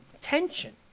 tension